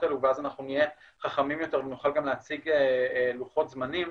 האלה ואז נהיה חכמים יותר ונוכל גם להציג לוחות זמנים